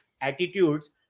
attitudes